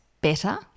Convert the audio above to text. better